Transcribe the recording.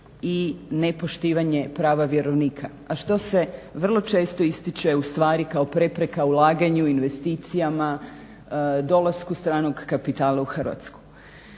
i nepoštivanje prava vjerovnika, a što se vrlo često ističe ustvari kao prepreka ulaganju, investicijama, dolasku stranog kapitala u Hrvatsku.